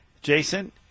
Jason